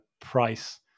price